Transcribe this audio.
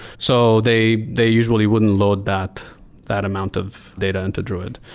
so they they usually wouldn't load that that amount of data into druid,